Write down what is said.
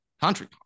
country